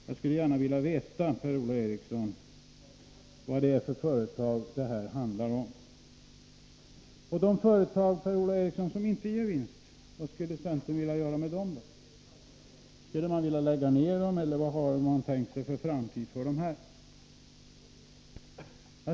Jag skulle gärna vilja veta, Per-Ola Eriksson, vad det är för företag som det här handlar om. Vad skulle centern vilja göra med de företag som inte ger vinst, Per-Ola Eriksson? Skulle man vilja lägga ner dem, eller vad har man tänkt sig för framtid för dem?